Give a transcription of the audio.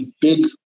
big